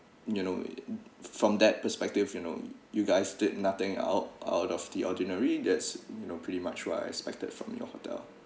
you know it from that perspective you know you guys did nothing out out of the ordinary that's you know pretty much what I expected from your hotel